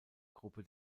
gruppe